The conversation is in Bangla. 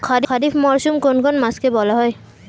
খারিফ মরশুম কোন কোন মাসকে বলা হয়?